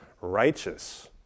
righteous